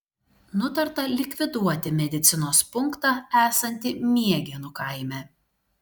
nutarta likviduoti medicinos punktą esantį miegėnų kaime